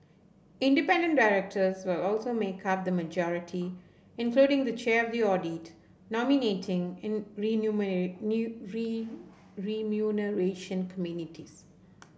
independent directors will also make up the majority including the chair of the audit nominating and remuneration communities